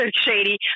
shady